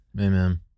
Amen